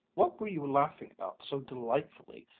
what were you laughing about, so delightfully,